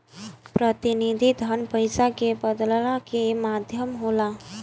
प्रतिनिधि धन पईसा के बदलला के माध्यम होला